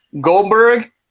goldberg